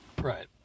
Right